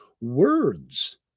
words